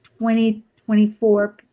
2024